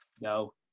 No